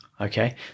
Okay